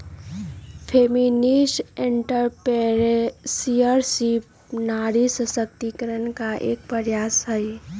feminist entrepreneurship नारी सशक्तिकरण के एक प्रयास हई